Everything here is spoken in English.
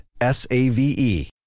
S-A-V-E